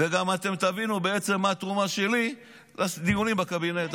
וגם אתם תבינו מה התרומה שלי לדיונים בקבינט.